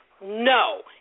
no